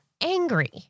angry